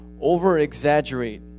over-exaggerate